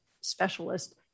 specialist